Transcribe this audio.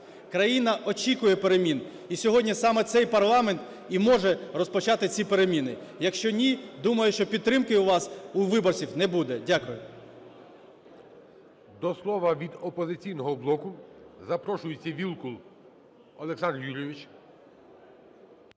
Країна очікує перемін. І сьогодні саме цей парламент і може розпочати ці переміни. Якщо ні, думаю, що підтримки у вас у виборців не буде. Дякую. ГОЛОВУЮЧИЙ. До слова від "Опозиційного блоку" запрошується Вілкул Олександр Юрійович.